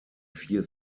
vier